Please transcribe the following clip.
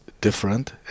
different